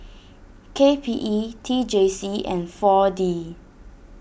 K P E T J C and four D